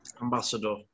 Ambassador